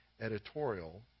editorial